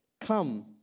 come